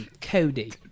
Cody